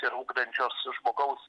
ir ugdančios žmogaus